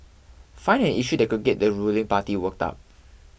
find an issue that could get the ruling party worked up